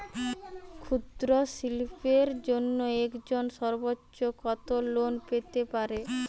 ক্ষুদ্রশিল্পের জন্য একজন সর্বোচ্চ কত লোন পেতে পারে?